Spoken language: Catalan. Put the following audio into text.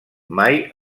mai